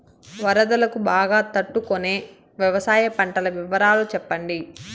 వరదలకు బాగా తట్టు కొనే వ్యవసాయ పంటల వివరాలు చెప్పండి?